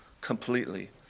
completely